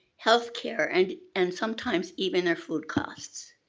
healthcare and and sometimes even their food costs.